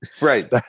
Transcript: Right